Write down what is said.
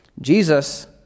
Jesus